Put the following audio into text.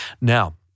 Now